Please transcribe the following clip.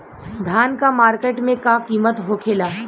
धान क मार्केट में का कीमत होखेला?